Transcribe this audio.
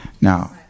Now